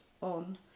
on